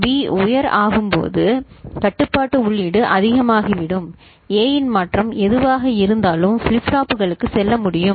B உயர் ஆகும்போது கட்டுப்பாட்டு உள்ளீடு அதிகமாகிவிடும் A இன் மாற்றம் எதுவாக இருந்தாலும் ஃபிளிப் ஃப்ளாப்புகளுக்கு செல்ல முடியும்